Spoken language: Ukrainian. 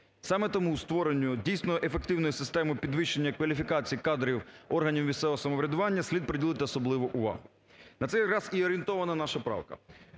Саме тому створенню дійсно ефективної системи підвищення кваліфікації кадрів органів місцевого самоврядування слід приділити особливу увагу. На цей раз і орієнтована наша правка.